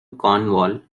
cornwall